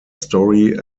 story